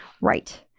Right